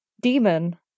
demon